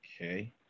Okay